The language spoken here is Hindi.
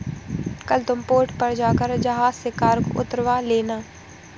कल तुम पोर्ट पर जाकर जहाज से कार्गो उतरवा लेना